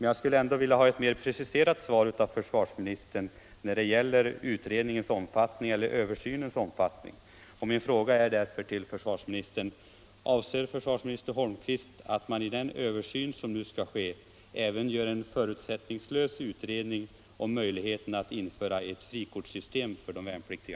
Jag skulle ändå vilja ha ett mer preciserat svar av försvarsministern när det gäller översynens omfattning. Min fråga är därför: ske även skall göra en förutsättningslös utredning om möjligheten att införa ett frikortssystem för de värnpliktiga?